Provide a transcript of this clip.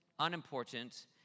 unimportant